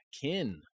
Kin